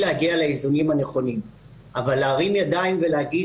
להגיע לאיזונים הנכונים אבל להרים ידיים ולהגיד